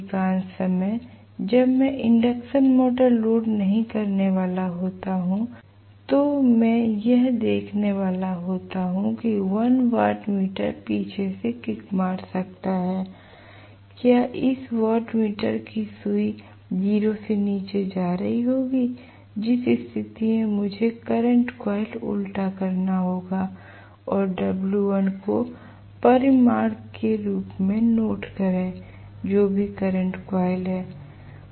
अधिकांश समय जब मैं इंडक्शन मोटर लोड नहीं करने वाला होता हूं तो मैं यह देखने वाला होता हूं कि 1 वाट मीटर पीछे से किक मार सकता है क्या इस वाट मीटर की सुई 0 से नीचे जा रही होगी जिस स्थिति में मुझे करंट कॉइल उल्टा करना होगा और W1को परिमाण के रूप में नोट करें जो भी करंट कॉयल है